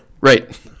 Right